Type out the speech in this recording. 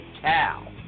cow